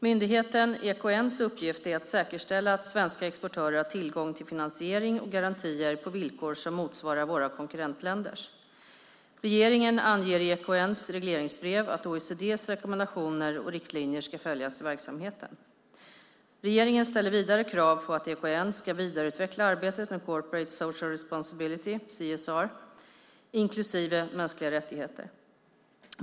Myndigheten EKN:s uppgift är att säkerställa att svenska exportörer har tillgång till finansiering och garantier på villkor som motsvarar våra konkurrentländers. Regeringen anger i EKN:s regleringsbrev att OECD:s rekommendationer och riktlinjer ska följas i verksamheten. Regeringen ställer vidare krav på att EKN ska vidareutveckla arbetet med Corporate Social Responsibility, CSR, inklusive mänskliga rättigheter.